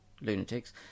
lunatics